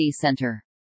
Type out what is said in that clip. Center